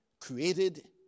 created